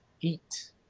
eat